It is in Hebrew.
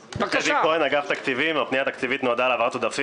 הפנייה התקציבית נועדה להעברת עודפים